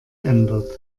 ändert